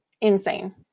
insane